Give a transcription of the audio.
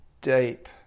deep